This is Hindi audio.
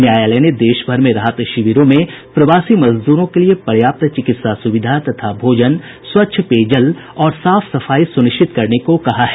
न्यायालय ने देशभर में राहत शिविरों में प्रवासी मजदूरों को लिए पर्याप्त चिकित्सा सुविधा तथा भोजन स्वच्छ पेय जल और साफ सफाई सुनिश्चित करने को कहा है